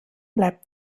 bleibt